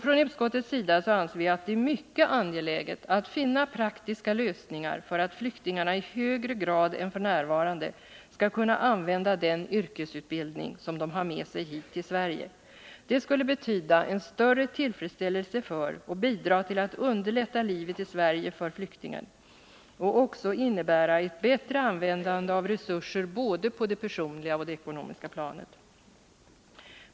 Från utskottets sida anser vi att det är mycket angeläget att finna praktiska lösningar för att flyktingarna i högre grad än f. n. skall kunna använda den yrkesutbildning som de har med sig hit till Sverige. Det skulle betyda en större tillfredsställelse för flyktingarna och bidra till att underlätta livet i Sverige för dem. Det skulle också innebära ett bättre användande av resurser på både det personliga och det ekonomiska planet.